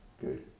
Good